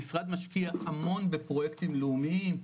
המשרד משקיע המון בפרויקטים לאומיים,